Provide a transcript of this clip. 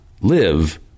live